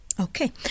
Okay